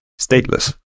stateless